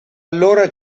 allora